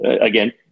Again